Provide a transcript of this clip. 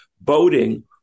boating